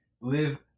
Live